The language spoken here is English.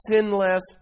sinless